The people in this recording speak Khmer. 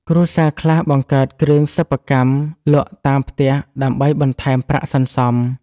គ្រួសារខ្លះបង្កើតគ្រឿងសិប្បកម្មលក់តាមផ្ទះដើម្បីបន្ថែមប្រាក់សន្សំ។